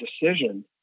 decision